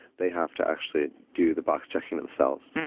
they have to actually do the box-checking themselves